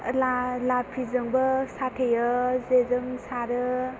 ला लाफिजोंबो साथेयो जेजों सारो